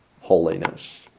holiness